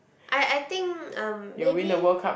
I I think um maybe